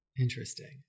Interesting